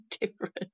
different